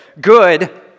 good